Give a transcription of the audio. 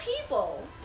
people